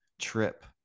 trip